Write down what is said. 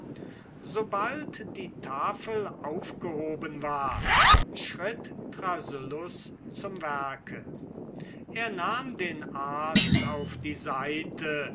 bald die tafel aufgehoben war schritt thrasyllus zum werke er nahm den arzt auf die seite